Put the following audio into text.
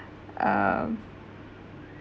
um